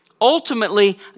Ultimately